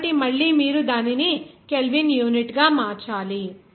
కాబట్టి మళ్ళీ మీరు దానిని కెల్విన్ యూనిట్గా మార్చాలి